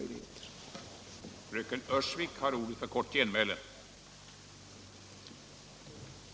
Om målsättningen för stödet till den manuella glasindustrin manuella glasindustrin Om målsättningen för stödet till den manuella glasindustrin